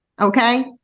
Okay